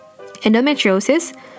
Endometriosis